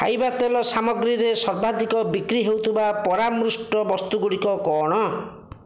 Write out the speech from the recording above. ଖାଇବା ତେଲ ସାମଗ୍ରୀରେ ସର୍ବାଧିକ ବିକ୍ରି ହେଉଥିବା ପରାମୃଷ୍ଟ ବସ୍ତୁ ଗୁଡ଼ିକ କ'ଣ